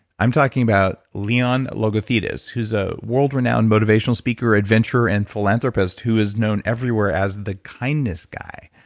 i'm talking about leon logothetis, who's a world-renowned motivational speaker adventurer and philanthropist who is known everywhere as the kindness guy.